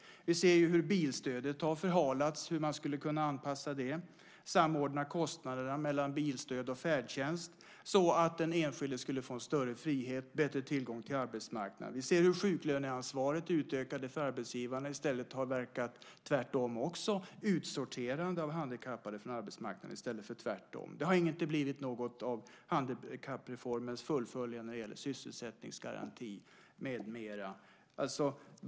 Vi ser hur bilstödet har förhalats, hur man skulle kunna anpassa det och samordna kostnaderna mellan bilstöd och färdtjänst så att den enskilde skulle få en större frihet och bättre tillgång till arbetsmarknaden. Vi ser hur det utökade sjuklöneansvaret för arbetsgivarna har verkat tvärtom också, utsorterande av handikappade från arbetsmarknaden i stället för tvärtom. Det har inte blivit något av handikappreformens fullföljande när det gäller sysselsättningsgaranti med mera.